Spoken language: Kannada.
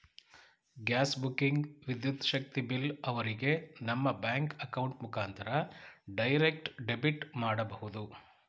ಗ್ಯಾಸ್ ಬುಕಿಂಗ್, ವಿದ್ಯುತ್ ಶಕ್ತಿ ಬಿಲ್ ಅವರಿಗೆ ನಮ್ಮ ಬ್ಯಾಂಕ್ ಅಕೌಂಟ್ ಮುಖಾಂತರ ಡೈರೆಕ್ಟ್ ಡೆಬಿಟ್ ಮಾಡಬಹುದು